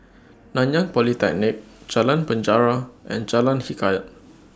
Nanyang Polytechnic Jalan Penjara and Jalan Hikayat